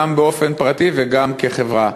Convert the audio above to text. גם באופן פרטי וגם כחברה.